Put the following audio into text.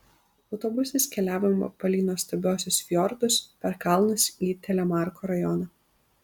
autobusais keliavome palei nuostabiuosius fjordus per kalnus į telemarko rajoną